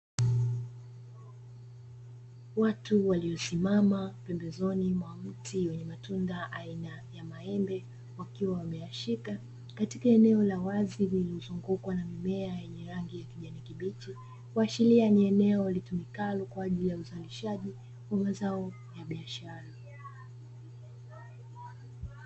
Watu waliosimama pembezoni mwa mti wenye matunda aina ya maembe, wakiwa wameyashika katika eneo la wazi lililozungukwa na mimea yenye rangi ya kijani kibichi. Kuashiria ni eneo litumikalo kwa ajili ya uzalishaji wa mazao ya biashara.